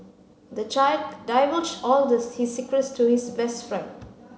the child divulged all the his secrets to his best friend